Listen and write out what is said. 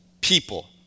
people